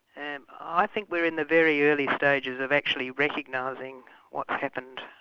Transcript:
and i think we're in the very early stages of actually recognising what's happened,